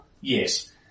Yes